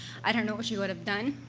i don't know what she would have done.